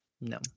No